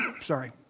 Sorry